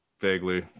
Vaguely